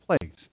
place